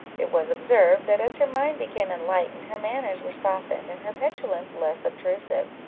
it was observed, that as her mind became enlightened, her manners were softened, and her petulance less obtrusive,